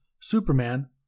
Superman